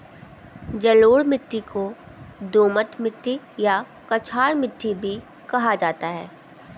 जलोढ़ मिट्टी को दोमट मिट्टी या कछार मिट्टी भी कहा जाता है